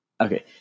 okay